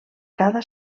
cada